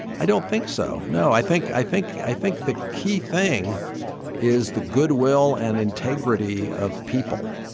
i don't think so. no, i think i think i think the key thing is the goodwill and integrity of people.